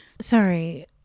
Sorry